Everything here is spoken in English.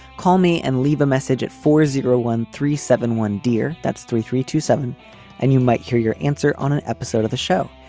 call me and leave a message at four zero one three seven one dear that's three three two seven and you might hear your answer on an episode of the show.